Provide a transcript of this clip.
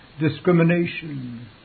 discrimination